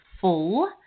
full